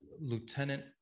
lieutenant